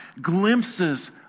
glimpses